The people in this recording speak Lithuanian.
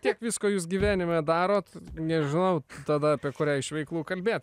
tiek visko jūs gyvenime darot nežinau tada apie kurią iš veiklų kalbėt